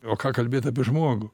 o ką kalbėt apie žmogų